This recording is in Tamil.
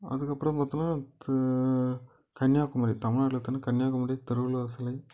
அதுக்கு அப்புறம் பார்த்தோம்னா இது கன்னியாகுமரி தமிழ்நாட்டுலனு எடுத்தோம்னா கன்னியாகுமரி திருவள்ளுவர் சிலை